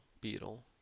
Beetle